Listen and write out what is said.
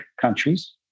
countries